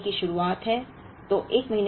यह 1 महीने की शुरुआत है